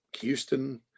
Houston